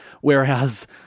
Whereas